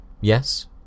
Yes